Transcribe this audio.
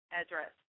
address